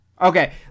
Okay